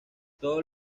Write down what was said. todos